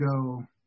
go